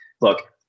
look